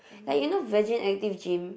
like you know Virgin Active Gym